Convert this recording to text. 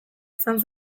izan